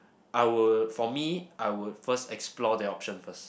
I would for me I would first explore the option first